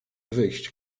wyjść